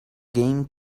game